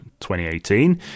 2018